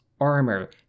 armor